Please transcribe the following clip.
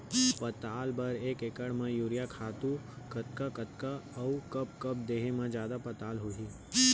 पताल बर एक एकड़ म यूरिया खातू कतका कतका अऊ कब कब देहे म जादा पताल होही?